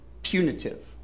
punitive